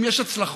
אם יש הצלחות